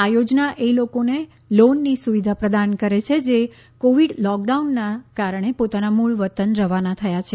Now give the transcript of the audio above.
આ યોજના એ લોકોને લોનની સુવિધા પ્રદાન કરે છે જે કોવિડ લોકડાઉનના કારણે પોતાના મૂળ વતન રવાના થયા છે